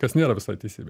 kas nėra visai teisybė